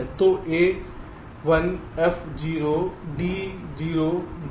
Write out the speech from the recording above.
तो A1 F0 D0 G0 और H0